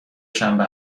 شنبه